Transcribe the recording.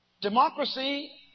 Democracy